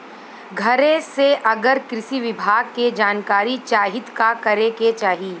घरे से अगर कृषि विभाग के जानकारी चाहीत का करे के चाही?